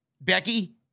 Becky